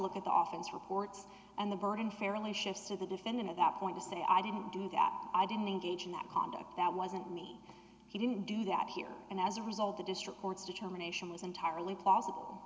look at the office reports and the burden fairly shifts to the defendant at that point to say i didn't do that i didn't engage in that conduct that wasn't me he didn't do that here and as a result the district court's determination was entirely plausible